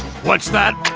what's that?